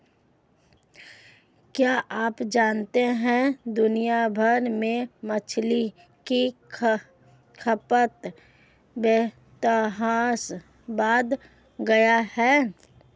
क्या आप जानते है दुनिया भर में मछली की खपत बेतहाशा बढ़ गयी है?